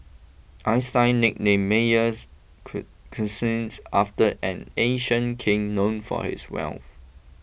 Einstein nicknamed Meyers Croesus after an ancient king known for his wealth